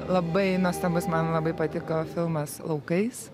labai nuostabus man labai patiko filmas laukais